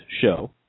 show